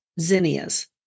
zinnias